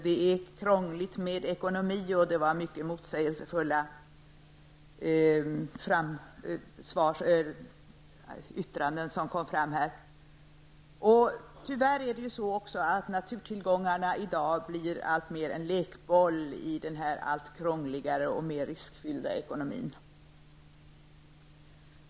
Det är krångligt med ekonomi, och många yttranden var motsägelsefulla. Tyvärr blir naturtillgångarna i dag alltmer en lekboll i den allt krångligare och riskfylldare ekonomin.